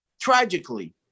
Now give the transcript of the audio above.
tragically